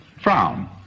Frown